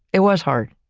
it was hard.